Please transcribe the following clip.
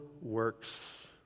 works